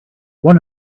one